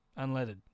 Unleaded